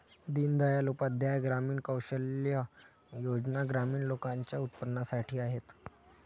दीन दयाल उपाध्याय ग्रामीण कौशल्या योजना ग्रामीण लोकांच्या उन्नतीसाठी आहेत